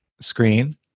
screen